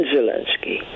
Zelensky